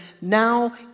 now